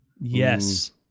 Yes